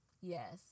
Yes